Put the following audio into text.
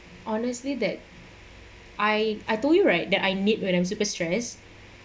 honestly that I I told you right that I knit when I'm super stress